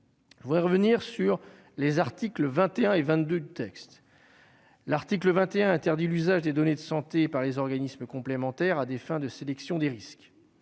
Vous revenir sur les articles 21 et 22 textes l'article 21 interdit l'usage des données de santé par les organismes complémentaires à des fins de sélection des risques,